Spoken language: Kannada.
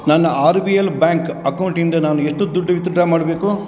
ನನ್ನ ಆರ್ ಬಿ ಎಲ್ ಬ್ಯಾಂಕ್ ಅಕೌಂಟಿಂದ ನಾನು ಎಷ್ಟು ದುಡ್ಡು ವಿತ್ಡ್ರಾ ಮಾಡಬೇಕು